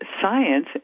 science